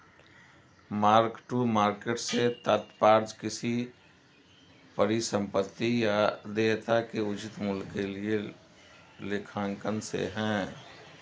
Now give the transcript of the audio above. mark to market से तात्पर्य किसी परिसंपत्ति या देयता के उचित मूल्य के लिए लेखांकन से है